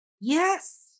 Yes